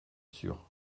sûr